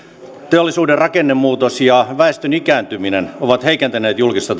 teollisuuden rakennemuutos ja väestön ikääntyminen ovat heikentäneet julkista